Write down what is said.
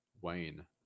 Wayne